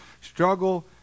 Struggle